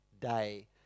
day